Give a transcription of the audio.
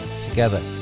Together